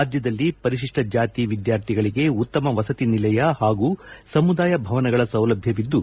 ರಾಜ್ಡದಲ್ಲಿ ಪರಿಶಿಷ್ಟ ಜಾತಿಗಳ ವಿದ್ಕಾರ್ಥಿಗಳಿಗೆ ಉತ್ತಮ ವಸತಿ ನಿಲಯ ಹಾಗೂ ಸಮುದಾಯ ಭವನಗಳ ಸೌಲಭ್ಯವಿದ್ದು